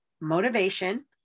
motivation